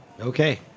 Okay